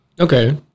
Okay